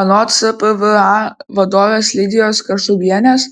anot cpva vadovės lidijos kašubienės